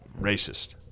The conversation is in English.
racist